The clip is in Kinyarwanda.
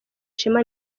ishema